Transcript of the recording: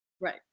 right